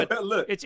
Look